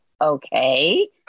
Okay